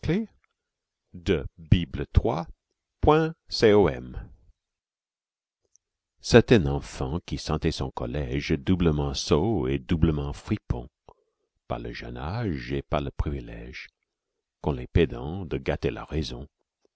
certain enfant qui sentait son collège doublement sot et doublement fripon par le jeune âge et par le privilège qu'ont les pédants de gâter la raison